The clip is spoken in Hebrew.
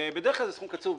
בדרך כלל זה סכום קצוב.